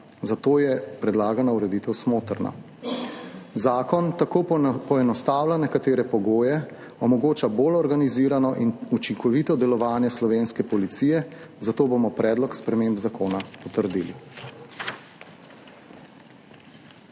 zato je predlagana ureditev smotrna. Zakon poenostavlja nekatere pogoje, omogoča bolj organizirano in učinkovito delovanje slovenske policije, zato bomo predlog sprememb zakona potrdili.